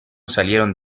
salieron